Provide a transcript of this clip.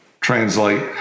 translate